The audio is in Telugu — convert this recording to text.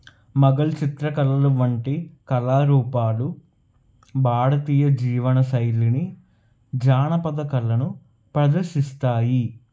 మగళ్ చిత్రకళలు వంటి కళారూపాలు భారతీయ జీవన శైలిని జానపద కళను పదర్శిస్తాయి